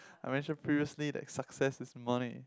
I mentioned previously that the success is money